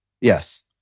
Yes